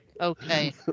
Okay